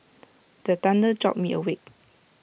the thunder jolt me awake